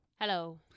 Hello